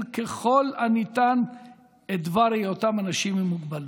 ככל הניתן את דבר היותם אנשים עם מוגבלות.